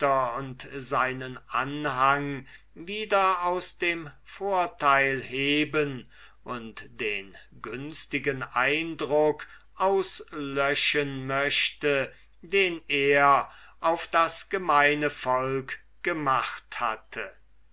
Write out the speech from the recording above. und seinen anhang wieder aus dem vorteil heben und den günstigen eindruck auslöschen möchte den er auf das gemeine volk gemacht hatte